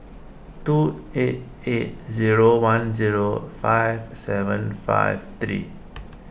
two eight eight zero one zero five seven five three